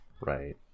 Right